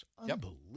Unbelievable